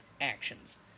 actions